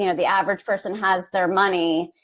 and the average person has their money.